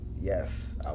yes